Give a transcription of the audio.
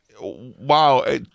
Wow